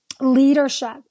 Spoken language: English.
leadership